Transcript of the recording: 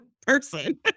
person